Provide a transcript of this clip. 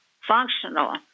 functional